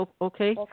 Okay